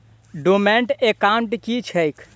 Dormant account की छैक?